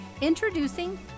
Introducing